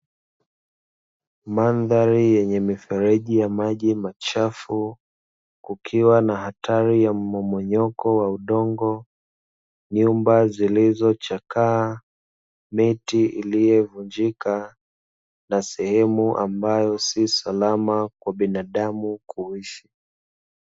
Mandhari yenye mifereji ya maji machafu, kukiwa na hatari ya mmomonyoko wa udongo, nyumba zilizochakaa, miti iliyovunjika na sehemu ambayo si salama kwa binadamu kuishi.